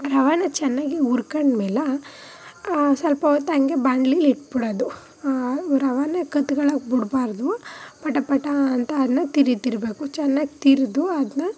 ರವೆನಾ ಚೆನ್ನಾಗಿ ಉರ್ಕೊಂಡ ಮೇಲೆ ಸ್ವಲ್ಪ ಹೊತ್ತು ಹಂಗೆ ಬಾಣಲೆಲಿ ಇಟ್ಬಿಡೋದು ರವೆನೇ ಕತ್ಕೊಳ್ಳೋಕೆ ಬಿಡ್ಬಾರ್ದು ಪಟ ಪಟಾ ಅಂತ ಅದ್ನ ತಿರುವ್ತಿರ್ಬೇಕು ಚೆನ್ನಾಗಿ ತಿರ್ದು ಅದನ್ನ